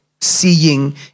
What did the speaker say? seeing